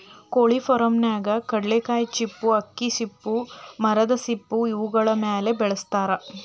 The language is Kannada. ಕೊಳಿ ಫಾರ್ಮನ್ಯಾಗ ಕಡ್ಲಿಕಾಯಿ ಚಿಪ್ಪು ಅಕ್ಕಿ ಸಿಪ್ಪಿ ಮರದ ಸಿಪ್ಪಿ ಇವುಗಳ ಮೇಲೆ ಬೆಳಸತಾರ